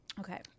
okay